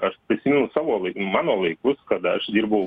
aš prisimenu savo mano laikus kada aš dirbau